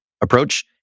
approach